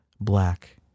black